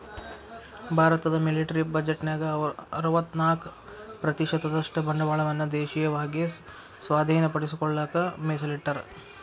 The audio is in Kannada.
ಭಾರತದ ಮಿಲಿಟರಿ ಬಜೆಟ್ನ್ಯಾಗ ಅರವತ್ತ್ನಾಕ ಪ್ರತಿಶತದಷ್ಟ ಬಂಡವಾಳವನ್ನ ದೇಶೇಯವಾಗಿ ಸ್ವಾಧೇನಪಡಿಸಿಕೊಳ್ಳಕ ಮೇಸಲಿಟ್ಟರ